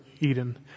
Eden